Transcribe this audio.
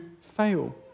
fail